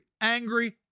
angry